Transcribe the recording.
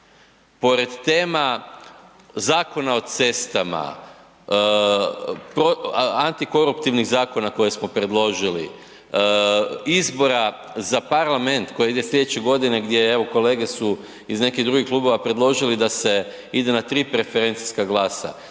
pored tema Zakona o cestama, antikoruptivnih zakona koje smo predložili, izbora za Parlament koji ide sljedeće godine gdje evo kolege su iz nekih drugih klubova predložili da se ide na tri preferencijska glasa,